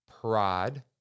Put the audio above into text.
pride